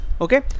Okay